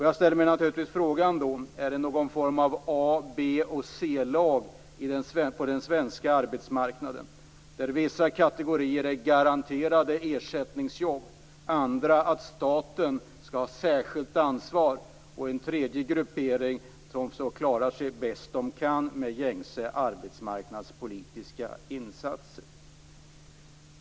Jag ställer då naturligtvis frågan: Är det någon form av A-, B och C-lag på den svenska arbetsmarknaden, där en viss kategori är garanterad ersättningsjobb, en annan att staten skall ha ett särskilt ansvar och en tredje som får klara sig bäst den kan med gängse arbetsmarknadspolitiska insatser.